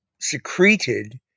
secreted